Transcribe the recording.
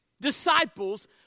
disciples